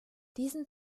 diesen